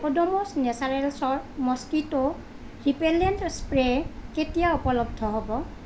ওডোমছ নেচাৰেলছৰ mosquito repellent spray কেতিয়া উপলব্ধ হ'ব